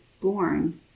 born